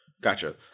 Gotcha